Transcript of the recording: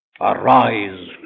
Arise